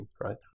right